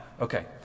okay